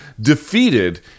defeated